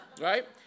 right